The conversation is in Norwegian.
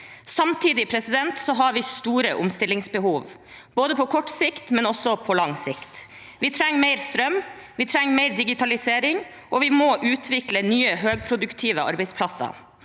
Samtidig har vi et stort omstillingsbehov, både på kort og lang sikt. Vi trenger mer strøm og mer digitalisering, og vi må utvikle nye høyproduktive arbeidsplasser.